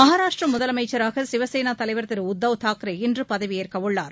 மகாராஷ்டிரா முதலமைச்சராக சிவசேனா தலைவர் திரு உத்தவ் தாக்கரே இன்று பதவியேற்கவுள்ளார்